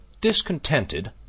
discontented